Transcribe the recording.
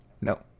No